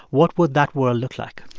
what would that world look like?